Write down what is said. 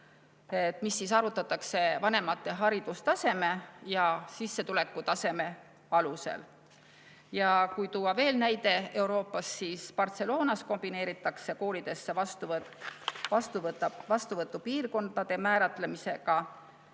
mis arvutatakse vanemate haridustaseme ja sissetulekute alusel. Kui tuua veel näide Euroopast, siis Barcelonas kombineeritakse koolidesse vastuvõtt vastuvõtupiirkondade määratlemisega